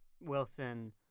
Wilson